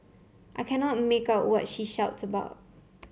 I cannot make out what she shouts about